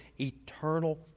eternal